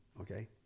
okay